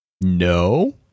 No